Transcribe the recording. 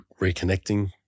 reconnecting